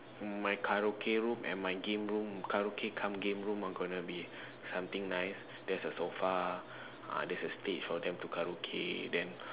my karaoke room and my game room karaoke cum game room gonna be something nice there is a sofa there is a stage for them to karaoke then